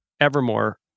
Evermore